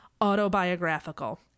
autobiographical